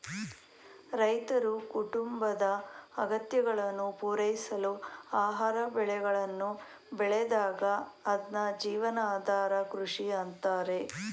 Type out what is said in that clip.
ರೈತರು ಕುಟುಂಬದ ಅಗತ್ಯಗಳನ್ನು ಪೂರೈಸಲು ಆಹಾರ ಬೆಳೆಗಳನ್ನು ಬೆಳೆದಾಗ ಅದ್ನ ಜೀವನಾಧಾರ ಕೃಷಿ ಅಂತಾರೆ